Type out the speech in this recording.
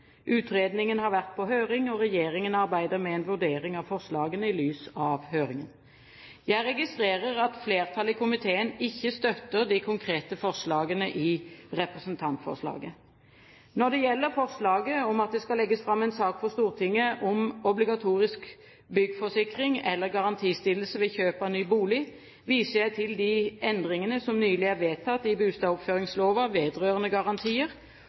Utredningen har vært på høring, og regjeringen arbeider med en vurdering av forslagene i lys av høringen. Jeg registrerer at flertallet i komiteen ikke støtter de konkrete forslagene i representantforslaget. Når det gjelder forslaget om at det skal legges fram en sak for Stortinget om obligatorisk byggeforsikring eller garantistillelse ved kjøp av ny bolig, viser jeg til de endringene som nylig er vedtatt i bustadoppføringslova vedrørende garantier,